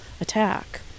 attack